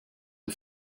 are